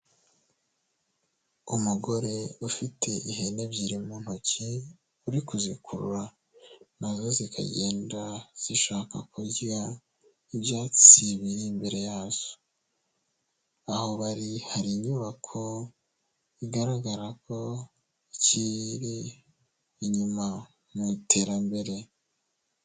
Umugore ufite ihene ebyiri mu ntoki uri kuzikurura na zo zikagenda zishaka kurya ibyatsi biri imbere yazo, aho bari hari inyubako bigaragara ko ikiri inyuma mu iterambere.